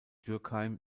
dürkheim